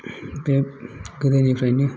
बे गोदोनिफ्रायनो